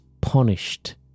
punished